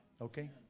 Okay